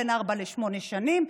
בין ארבע לשמונה שנים.